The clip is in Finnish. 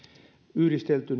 yhdistelty